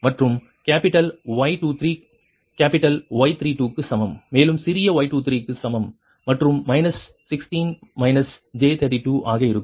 மற்றும் capital Y23 capital Y32 க்கு சமம் மேலும் சிறிய y23 க்கு சமம் மற்றும் ஆக இருக்கும்